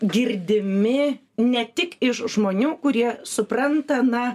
girdimi ne tik iš žmonių kurie supranta na